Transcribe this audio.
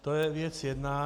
To je věc jedna.